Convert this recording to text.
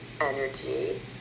energy